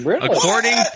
According